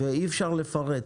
ואי אפשר לפרט.